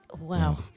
Wow